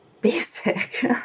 basic